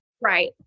Right